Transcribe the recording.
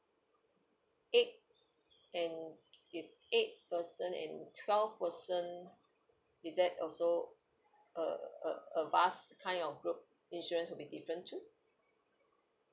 eight and if eight person and twelve person is that also a a a vast kind of group insurance would be different too